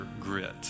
grit